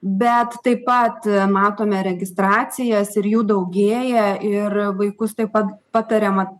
bet taip pat matome registracijas ir jų daugėja ir vaikus taip pat patariama